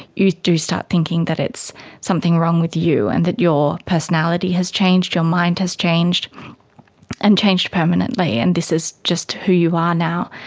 you do start thinking that it's something wrong with you and that your personality has changed, your mind has changed and changed permanently and this is just who you are now.